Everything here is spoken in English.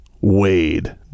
Wade